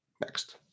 Next